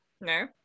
No